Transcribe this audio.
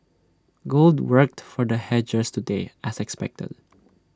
gold worked for the hedgers today as expected